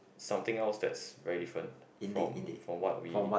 something else that's very different from from what we